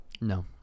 No